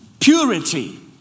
purity